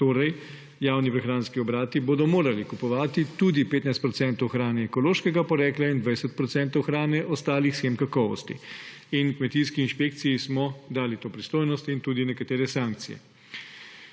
Torej, javni prehranski obrati bodo morali kupovati tudi 15 procentov hrane ekološkega porekla in 20 procentov hrane ostalih shem kakovosti. In kmetijski inšpekciji smo dali to pristojnost in tudi nekatere sankcije.